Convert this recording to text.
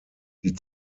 die